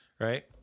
right